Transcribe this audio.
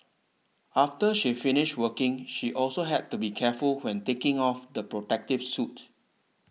after she finished working she also had to be careful when taking off the protective suit